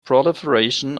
proliferation